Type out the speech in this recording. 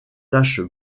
taches